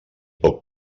poc